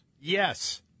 Yes